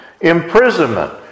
imprisonment